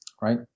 Right